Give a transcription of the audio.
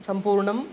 सम्पूर्णम्